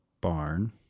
Barn